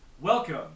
welcome